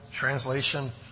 translation